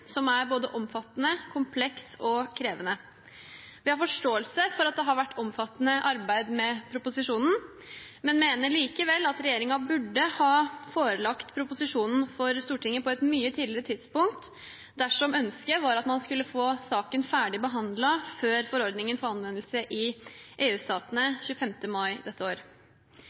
som er både omfattende, kompleks og krevende. Vi har forståelse for at det har vært et omfattende arbeid med proposisjonen, men mener likevel at regjeringen burde ha forelagt proposisjonen for Stortinget på et mye tidligere tidspunkt dersom ønsket var at man skulle få saken ferdig behandlet før forordningen får anvendelse i EU-statene 25. mai dette